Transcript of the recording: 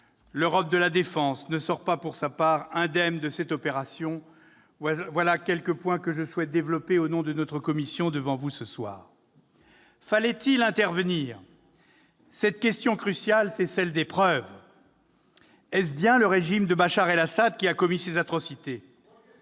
l'Europe de la défense ne sort pas indemne de cette opération. Voilà quelques points que je souhaite développer devant vous, au nom de notre commission. Fallait-il intervenir ? Cette question cruciale, c'est celle des preuves. Est-ce bien le régime de Bachar al-Assad qui a commis ces atrocités ?